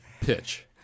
pitch